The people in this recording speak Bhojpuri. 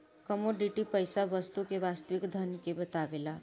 कमोडिटी पईसा वस्तु के वास्तविक धन के बतावेला